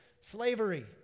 Slavery